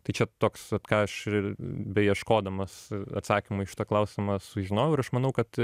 tai čia toks ką aš ir beieškodamas atsakymo į šitą klausimą sužinojau ir aš manau kad